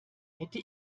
hätte